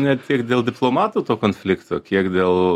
ne tik dėl diplomatų to konflikto kiek dėl